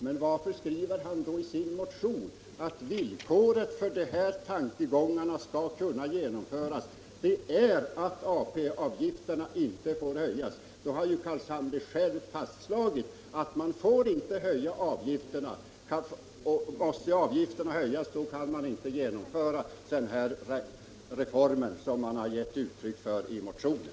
Men varför skriver han då i sin motion att villkoret för att dessa tankegångar skall kunna genomföras är att AP-avgifterna inte får höjas? Då har ju herr Carlshamre själv fastslagit att man inte får höja avgifterna. Måste avgifterna höjas, kan man inte genomföra den här reformen enligt vad man har gett uttryck för i motionen.